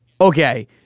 okay